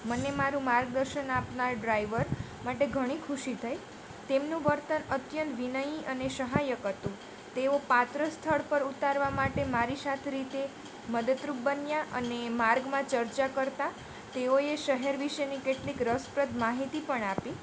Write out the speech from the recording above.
મને મારું માર્ગદર્શન આપનાર ડ્રાઈવર માટે ઘણી ખુશી થઈ તેમનું વર્તન અત્યંત વિનય અને સહાયક હતું તેઓ પાત્ર સ્થળ પર ઉતારવા માટે મારી સાથ રીતે મદદરૂપ બન્યા અને માર્ગમાં ચર્ચા કરતાં તેઓએ શહેર વિશેની કેટલીક રસપ્રદ માહિતી પણ આપી